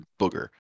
Booger